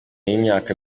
y’imyaka